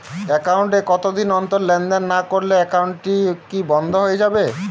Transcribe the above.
Account এ কতদিন অন্তর লেনদেন না করলে একাউন্টটি কি বন্ধ হয়ে যাবে?